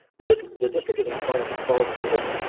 but the the district is in compliance with the policy project.